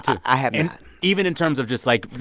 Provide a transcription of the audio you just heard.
i have not even in terms of just, like,